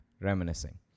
reminiscing